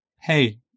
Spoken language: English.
hey